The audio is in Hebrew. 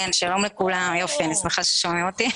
שלום לכולם, אני שמחה ששומעים אותי.